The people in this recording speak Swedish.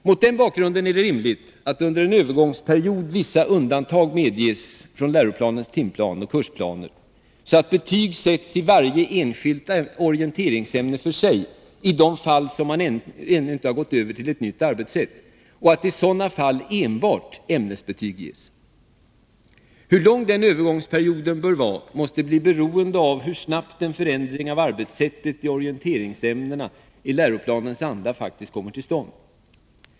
Mot denna bakgrund är det rimligt att under en övergångsperiod vissa undantag medges från Lgr 80:s timplan och kursplaner, så att betyg sätts i varje enskilt orienteringsämne för sig i de fall då man ännu inte gått över till ett nytt arbetssätt och att i sådana fall enbart ämnesbetyg ges. Hur lång denna övergångsperiod bör vara måste bli beroende av hur snabbt en förändring av arbetssättet i orienteringsämnena i Lgr 80:s anda faktiskt kommer till stånd.